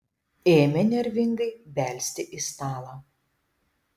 ėmė nervingai belsti į stalą